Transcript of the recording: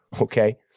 okay